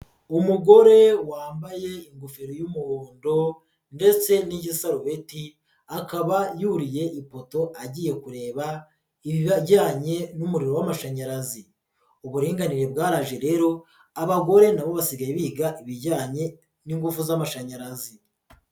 Umugore wambaye ingofero y'umuhondo ndetse n'igisarobeti, akaba yuriye ifoto agiye kureba ibijyanye n'umuriro w'amashanyarazi. Uburinganire bwaraje rero abagore na bo basigaye biga ibijyanye n'ingufu z'amashanyarazi.